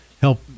help